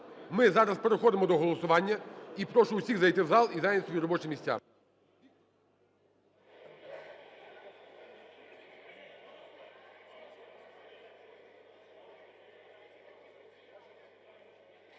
Ми зараз переходимо до голосування. І прошу всіх зайти в зал і зайняти свої робочі місця.